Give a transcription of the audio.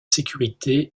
sécurité